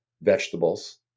vegetables